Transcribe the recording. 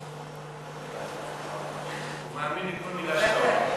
הוא מאמין לכל מילה שאתה אומר.